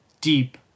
deep